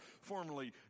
formerly